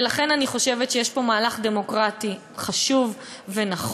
ולכן, אני חושבת שיש פה מהלך דמוקרטי חשוב ונכון.